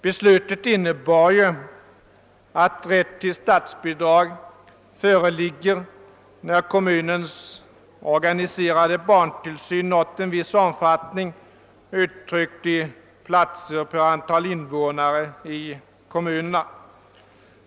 Beslutet innebar att rätt till statsbidrag föreligger när kommunens organiserade barntillsyn nått en viss omfattning, uttryckt i platser per antal invånare i kommunen.